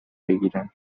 بگیرم